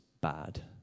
bad